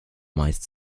meist